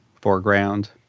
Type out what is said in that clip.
foreground